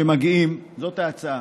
זאת ההצעה,